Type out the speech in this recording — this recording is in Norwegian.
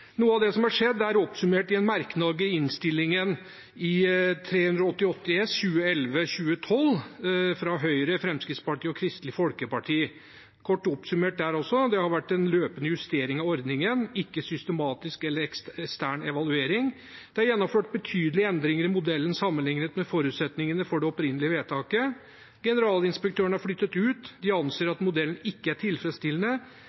Noe av det som har skjedd, er oppsummert i en merknad i Innst. 388 S for 2011–2012 fra Høyre, Fremskrittspartiet og Kristelig Folkeparti. Kort oppsummert der også: Det har vært en løpende justering av ordningen, ikke en systematisk eller ekstern evaluering, det er gjennomført betydelige endringer i modellen sammenlignet med forutsetningene for det opprinnelige vedtaket, generalinspektørene har flyttet ut, og de anser